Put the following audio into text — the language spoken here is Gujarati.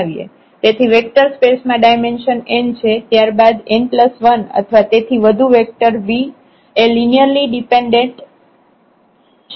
તેથી વેક્ટર સ્પેસ માં ડાયમેન્શન n છે ત્યરબાદ n1 અથવા તેથી વધુ વેક્ટર V એ લિનિયરલી ડિપેન્ડેન્ટ છે